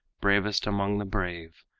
bravest among the brave,